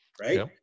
right